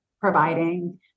providing